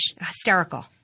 Hysterical